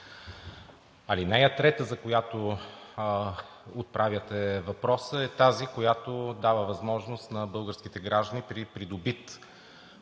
Алинея 3, за която отправяте въпроса, е тази, която дава възможност на българските граждани при придобит